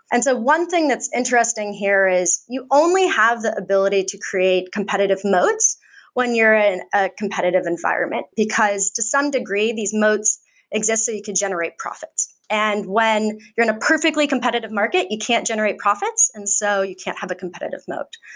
and so one thing that's interesting here is you only have the ability to create competitive moats when you're in a competitive environment, because, to some degree, these moats exists so you could generate profits. and when you're in a perfectly competitive market, you can't generate profits. and so you can't have a competitive moat.